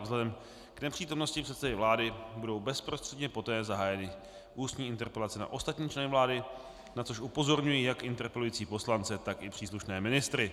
Vzhledem k nepřítomnosti předsedy vlády budou bezprostředně poté zahájeny ústní interpelace na ostatní členy vlády, na což upozorňuji jak interpelující poslance, tak i příslušné ministry.